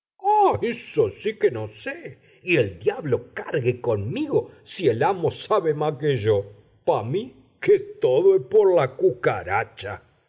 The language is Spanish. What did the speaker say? eso sí que no sé y el diablo cargue conmigo si el amo sabe má que yo pá mí que tó é por la cucaracha